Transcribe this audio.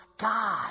God